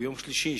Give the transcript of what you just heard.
ביום שלישי,